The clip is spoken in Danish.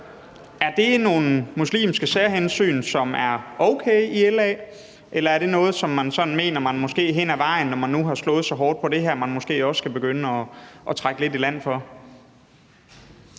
Er det nogle muslimske særhensyn, som er okay i LA, eller er det noget, som man sådan mener man måske hen ad vejen, når man nu har slået så hårdt på det her, også skal begynde at trække lidt i land på?